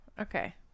Okay